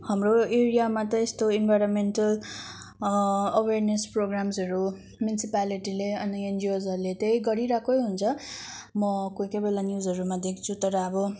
हाम्रो एरियामा त एस्तो एनभाइरनमेन्टल अवेरनेस प्रोग्राम्सहरू म्युनिसिपीलिटीले अनि एनजिओजहरूले चाहिँ गरिरहेकै हुन्छ म कोही कोही बेला न्युजहरूमा देख्छु तर अब